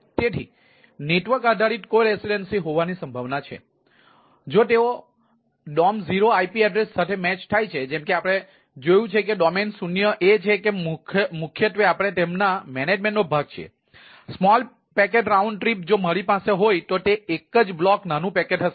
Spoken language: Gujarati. તેથી નેટવર્ક આધારિત કો રેસિડેન્સી હોવાની સંભાવના છે જો તેઓ ડીઓએમ 0 આઇપી એડ્રેસ જો મારી પાસે હોય તો તે એક જ બ્લોક નાનું પેકેટ હશે